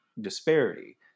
disparity